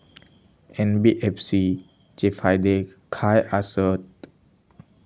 NBFC चे फायदे खाय आसत?